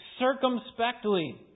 circumspectly